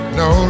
no